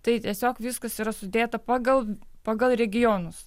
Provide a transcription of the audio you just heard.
tai tiesiog viskas yra sudėta pagal pagal regionus